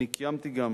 אני קיימתי גם